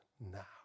now